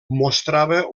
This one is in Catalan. mostrava